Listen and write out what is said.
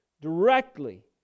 directly